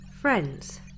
Friends